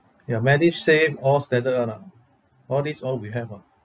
ya MediSave all standard [one] ah all these all we have ah